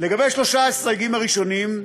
לגבי שלושה הסייגים הראשונים,